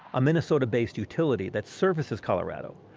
a minnesota-based utility that services colorado,